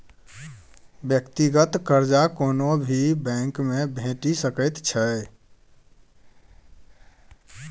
व्यक्तिगत कर्जा कोनो भी बैंकमे भेटि सकैत छै